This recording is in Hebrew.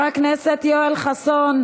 חבר הכנסת יואל חסון.